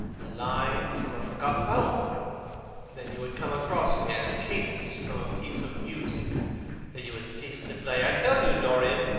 a line from a forgotten poem that you had come across again, a cadence from a piece of music that you had ceased to play i tell you, dorian,